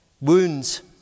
Wounds